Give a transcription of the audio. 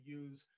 use